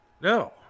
No